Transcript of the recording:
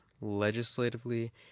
legislatively